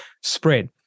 spread